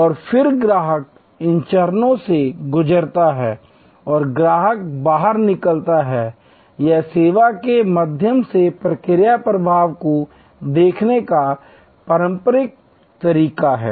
और फिर ग्राहक इन चरणों से गुजरता है और ग्राहक बाहर निकलता है यह सेवा के माध्यम से प्रक्रिया प्रवाह को देखने का पारंपरिक तरीका है